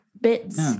bits